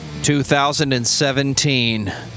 2017